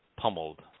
pummeled